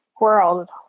world